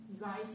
guys